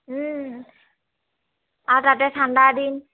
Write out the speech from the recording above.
আৰু তাতে ঠাণ্ডা দিন